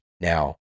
Now